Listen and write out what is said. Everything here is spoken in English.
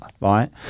right